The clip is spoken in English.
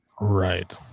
Right